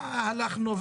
והלכנו,